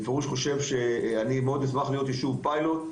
אני אשמח מאוד להיות יישוב פיילוט,